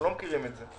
אנחנו לא מכירים את זה.